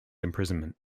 imprisonment